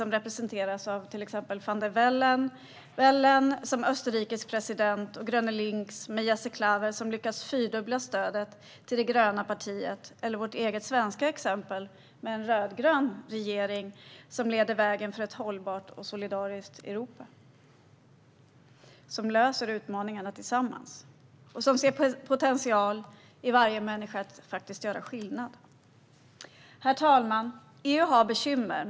Det representeras exempelvis av Van der Bellen som österrikisk president, Groen Links med Jesse Klaver som lyckats fyrdubbla stödet till det gröna partiet och vårt eget svenska exempel med en rödgrön regering som leder vägen för ett hållbart och solidariskt Europa. Vi löser utmaningar tillsammans och ser potential i varje människas förmåga att göra skillnad. Herr talman! EU har bekymmer.